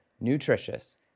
nutritious